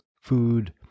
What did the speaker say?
food